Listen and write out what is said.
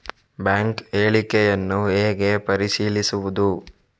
Bank ಹೇಳಿಕೆಯನ್ನು ಹೇಗೆ ಪರಿಶೀಲಿಸುವುದು?